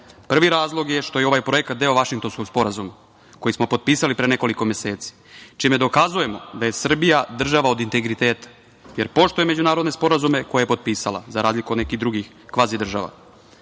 Prvi razlog je što je ovaj projekat deo Vašingtonskog sporazuma koji smo potpisali pre nekoliko meseci, čime dokazujemo da je Srbija država od integriteta, jer poštuje međunarodne sporazume koje je potpisala, za razliku od nekih drugih kvazi država.